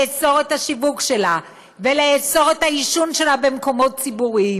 לאסור את השיווק שלה ולאסור את העישון שלה במקומות ציבוריים.